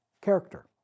character